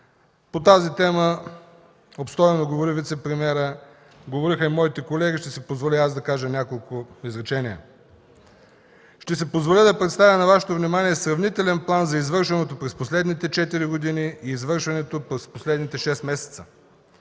По тази тема обстойно говори вицепремиерът, говориха и моите колеги, ще си позволя и аз да кажа няколко изречения. Ще си позволя да представя на Вашето внимание сравнителен план за извършеното през последните четири години и извършеното през последните шест месеца.